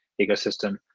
ecosystem